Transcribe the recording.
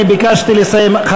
אני ביקשתי לסיים.